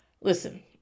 listen